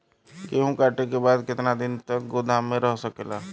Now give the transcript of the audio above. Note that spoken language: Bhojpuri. गेहूँ कांटे के बाद कितना दिन तक गोदाम में रह सकेला?